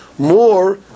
More